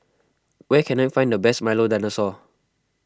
where can I find the best Milo Dinosaur